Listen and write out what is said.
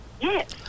Yes